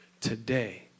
Today